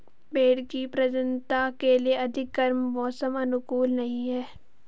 भेंड़ की प्रजननता के लिए अधिक गर्म मौसम अनुकूल नहीं है